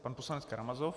Pan poslanec Karamazov.